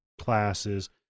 classes